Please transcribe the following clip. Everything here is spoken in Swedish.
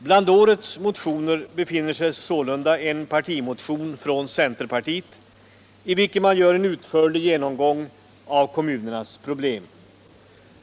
Bland årets motioner befinner sig sålunda en partimotion från centerpartiet, i vilken man gör en utförlig genomgång av kommunernas problem.